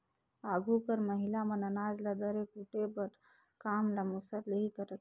आघु घर कर महिला मन अनाज ल दरे कूटे कर काम ल मूसर ले ही करत रहिन